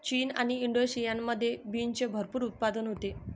चीन आणि इंडोनेशियामध्ये बीन्सचे भरपूर उत्पादन होते